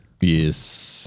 Yes